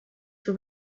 for